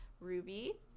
Ruby